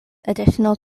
additional